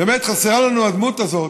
באמת חסרה לנו הדמות הזאת,